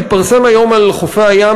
שהתפרסם היום על חופי הים,